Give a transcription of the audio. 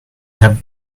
have